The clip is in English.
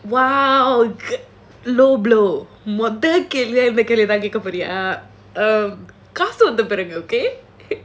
!wow! low blow கேக்க போறியா:keka poriyaa